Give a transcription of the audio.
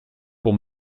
pour